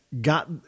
got